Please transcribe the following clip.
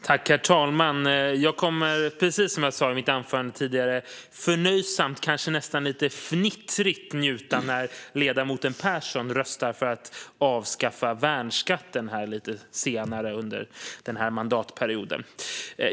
Herr talman! Jag kommer, precis som jag sa i mitt anförande tidigare, att förnöjsamt, kanske nästan lite fnittrigt, njuta när ledamoten Persson röstar för att avskaffa värnskatten här lite senare under mandatperioden.